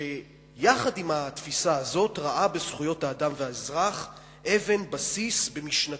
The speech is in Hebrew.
שיחד עם התפיסה הזאת ראה בזכויות האדם והאזרח אבן בסיס במשנתו.